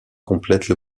complètent